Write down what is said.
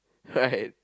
right